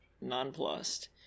nonplussed